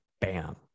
bam